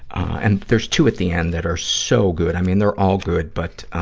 and there's two at the end that are so good. i mean, they're all good, but um,